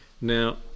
Now